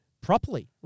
properly